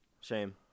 Shame